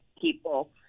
people